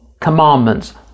commandments